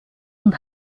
und